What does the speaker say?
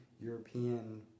European